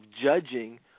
judging